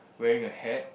wearing a hat